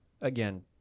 Again